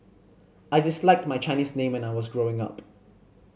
I disliked my Chinese name when I was growing up